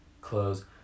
clothes